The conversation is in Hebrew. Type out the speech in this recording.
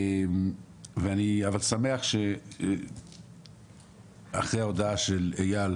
אני שמח שאחרי ההודעה של אייל